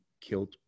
killed